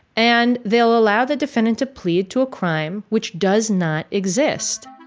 and they'll allow the defendant to plead to a crime which does not exist